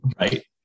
Right